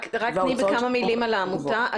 רק תני בכמה מילים על העמותה,